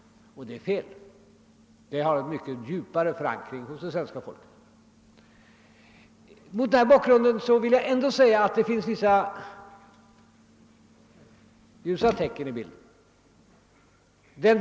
Det är fel — den opinionen har en mycket djupare förankring hos det svenska folket. Mot den bakgrunden vill jag säga att det ändå finns vissa ljusa sidor i bilden.